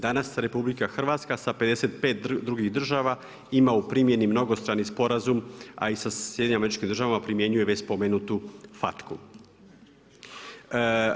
Danas RH sa 55 drugih država ima u primjeni mnogostrani sporazum, a i sa SAD-om primjenjuje već spomenutu FATCA-u.